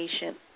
patient